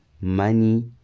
Money